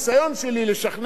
כשהייתי שר פנים,